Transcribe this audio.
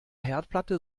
herdplatte